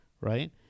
right